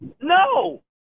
No